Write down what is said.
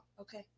Okay